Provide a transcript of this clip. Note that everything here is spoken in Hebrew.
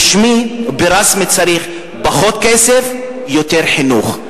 ברשמי צריך פחות כסף, יותר חינוך.